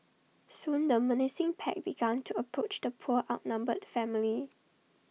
soon the menacing pack began to approach the poor outnumbered family